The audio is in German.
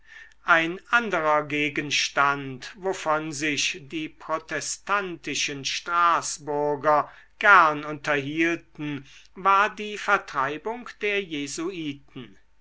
ein anderer gegenstand wovon sich die protestantischen straßburger gern unterhielten war die vertreibung der jesuiten